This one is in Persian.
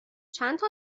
چندتا